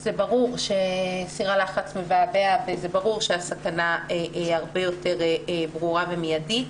זה ברור שסיר הלחץ מבעבע והסכנה הרבה יותר ברורה ומיידית.